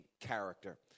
character